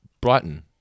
Brighton